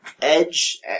Edge